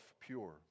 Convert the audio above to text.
pure